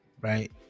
right